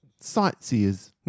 sightseers